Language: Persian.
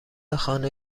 خانه